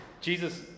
Jesus